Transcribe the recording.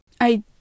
I-